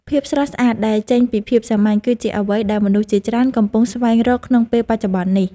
ភាពស្រស់ស្អាតដែលចេញពីភាពសាមញ្ញ គឺជាអ្វីដែលមនុស្សជាច្រើនកំពុងស្វែងរកក្នុងពេលបច្ចុប្បន្ននេះ។